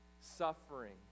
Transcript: suffering